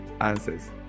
answers